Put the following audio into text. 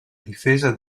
difesa